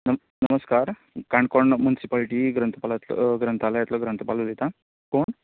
नमस्कार काणकोण मुन्सिपालिटी ग्रंथपाल ग्रंथलयातलो ग्रंथपाल उलयतां कोण